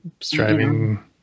striving